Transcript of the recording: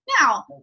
Now